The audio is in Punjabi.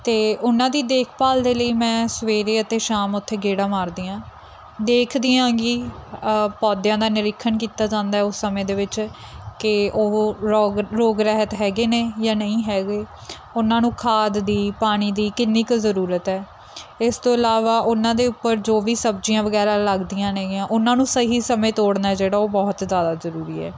ਅਤੇ ਉਹਨਾਂ ਦੀ ਦੇਖਭਾਲ ਦੇ ਲਈ ਮੈਂ ਸਵੇਰੇ ਅਤੇ ਸ਼ਾਮ ਉੱਥੇ ਗੇੜਾ ਮਾਰਦੀ ਹਾਂ ਦੇਖਦੀ ਹਾਂ ਗੀ ਪੌਦਿਆਂ ਦਾ ਨਿਰੀਖਣ ਕੀਤਾ ਜਾਂਦਾ ਉਸ ਸਮੇਂ ਦੇ ਵਿੱਚ ਕਿ ਉਹ ਰੋਗ ਰੋਗ ਰਹਿਤ ਹੈਗੇ ਨੇ ਜਾਂ ਨਹੀਂ ਹੈਗੇ ਉਹਨਾਂ ਨੂੰ ਖਾਦ ਦੀ ਪਾਣੀ ਦੀ ਕਿੰਨੀ ਕੁ ਜ਼ਰੂਰਤ ਹੈ ਇਸ ਤੋਂ ਇਲਾਵਾ ਉਹਨਾਂ ਦੇ ਉੱਪਰ ਜੋ ਵੀ ਸਬਜ਼ੀਆਂ ਵਗੈਰਾ ਲੱਗਦੀਆਂ ਨੇਗੀਆਂ ਉਹਨਾਂ ਨੂੰ ਸਹੀ ਸਮੇਂ ਤੋੜਨਾ ਜਿਹੜਾ ਉਹ ਬਹੁਤ ਜ਼ਿਆਦਾ ਜ਼ਰੂਰੀ ਹੈ